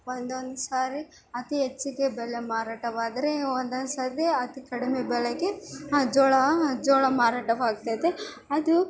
ಒಂದೊಂದು ಸಾರಿ ಅತಿ ಹೆಚ್ಚಿಗೆ ಬೆಲೆ ಮಾರಾಟವಾದರೆ ಒಂದೊಂದುಸತಿ ಅತಿ ಕಡಿಮೆ ಬೆಲೆಗೆ ಆ ಜೋಳ ಜೋಳ ಮಾರಾಟವಾಗತೈತೆ ಅದು